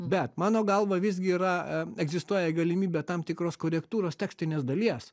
bet mano galva visgi yra egzistuoja galimybė tam tikros korektūros tekstinės dalies